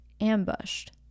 ambushed